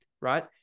Right